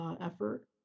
Effort